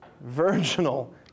virginal